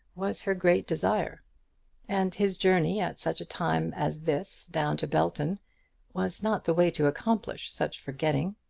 was her great desire and his journey at such a time as this down to belton was not the way to accomplish such forgetting.